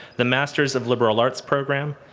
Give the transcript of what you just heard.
the masters of liberal arts program,